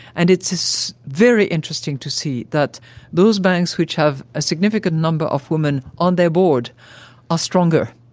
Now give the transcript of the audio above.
and it's it's very interesting to see that those banks which have a significant number of women on their board are stronger,